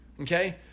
okay